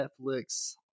Netflix